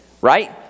Right